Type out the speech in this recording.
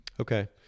Okay